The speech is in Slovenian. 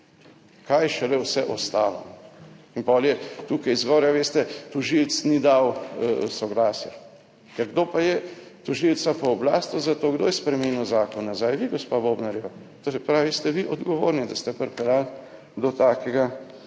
Kaj šele vse ostalo. Pol je tukaj zgoraj, a veste, tožilec ni dal soglasja. Ker kdo pa je tožilca pooblastil za to, kdo je spremenil zakon nazaj? Vi, gospa Bobnarjeva, to se pravi, ste vi odgovorni, da ste pripeljali do take